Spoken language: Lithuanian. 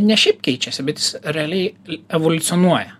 ne šiaip keičiasi bet realiai evoliucionuoja